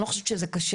אני לא חושב שזה קשה.